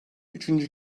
üçüncü